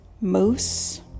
Moose